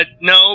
No